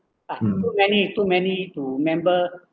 ah too many too many to remember